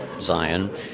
Zion